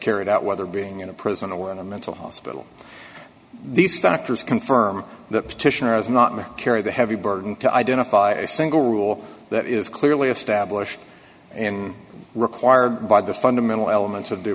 carried out whether being in a prison or in a mental hospital these doctors confirm that petitioner is not mccary the heavy burden to identify a single rule that is clearly established and required by the fundamental elements of